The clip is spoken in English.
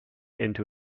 into